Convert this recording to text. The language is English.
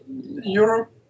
Europe